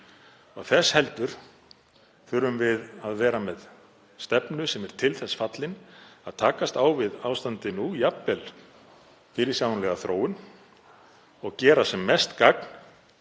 Þess heldur þurfum við að vera með stefnu sem er til þess fallin að takast á við ástandið nú, jafnvel fyrirsjáanlega þróun, og gera sem mest gagn